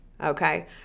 okay